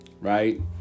right